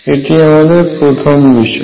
এটি আমাদের প্রথম বিষয়